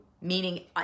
meaning